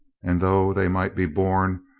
and though they might be borne,